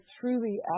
truly